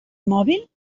mòbil